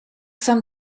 some